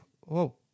Whoa